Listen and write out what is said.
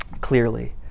clearly